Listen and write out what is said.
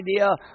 idea